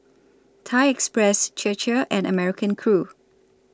Thai Express Chir Chir and American Crew